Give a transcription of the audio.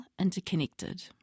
interconnected